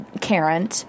Karen